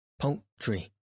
poultry